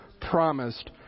promised